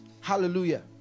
Hallelujah